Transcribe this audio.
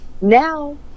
Now